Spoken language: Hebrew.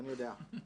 אני יודע,